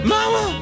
Mama